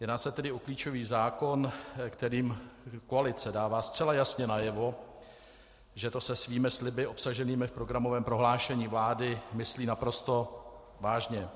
Jedná se tedy o klíčový zákon, kterým koalice dává zcela jasně najevo, že to se svými sliby obsaženými v programovém prohlášení vlády myslí naprosto vážně.